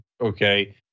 Okay